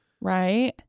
Right